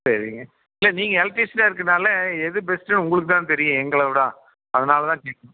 சரிங்க இல்லை நீங்கள் எலக்ட்ரீஷனாக இருக்கனால் எது பெஸ்ட்டுன்னு உங்களுக்கு தான் தெரியும் எங்களை விட அதனால் தான் கேட்கறேன்